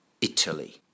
italy